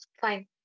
Fine